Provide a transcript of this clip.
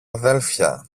αδέλφια